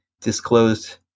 disclosed